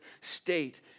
state